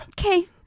okay